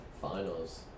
finals